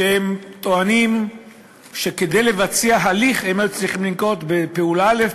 שטוענות שכדי לבצע הליך הן היו צריכות לנקוט פעולה א',